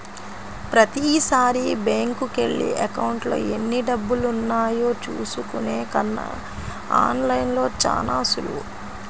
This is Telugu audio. ప్రతీసారీ బ్యేంకుకెళ్ళి అకౌంట్లో ఎన్నిడబ్బులున్నాయో చూసుకునే కన్నా ఆన్ లైన్లో చానా సులువు